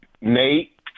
Nate